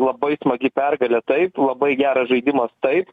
labai smagi pergalė taip labai geras žaidimas taip